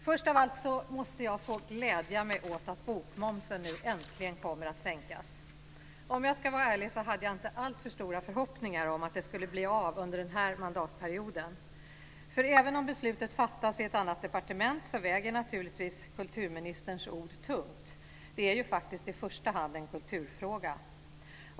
Först av allt måste jag få glädja mig åt att bokmomsen nu äntligen kommer att sänkas. Om jag ska vara ärlig hade jag inte alltför stora förhoppningar om att det skulle bli av under den här mandatperioden. För även om beslutet fattas i ett annat departement så väger naturligtvis kulturministerns ord tungt. Det är ju faktiskt i första hand en kulturfråga.